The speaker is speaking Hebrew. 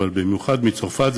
אבל במיוחד מצרפת.